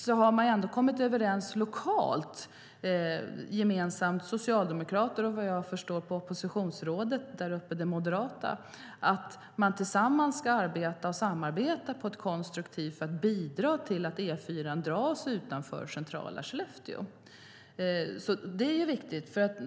Men vad jag har förstått av det moderata oppositionsrådet där uppe har socialdemokrater och moderater kommit överens om att samarbeta på ett konstruktivt sätt för att bidra till att E4:an dras utanför centrala Skellefteå.